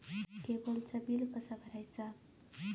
केबलचा बिल कसा भरायचा?